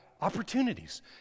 Opportunities